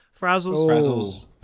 Frazzles